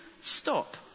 stop